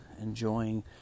enjoying